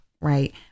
right